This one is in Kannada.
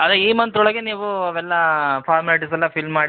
ಅದೆ ಈ ಮಂತ್ ಒಳಗೆ ನೀವು ಅವೆಲ್ಲಾ ಫಾರ್ಮ್ಯಾಲಿಟಿಸೆಲ್ಲ ಫಿಲ್ ಮಾಡಿ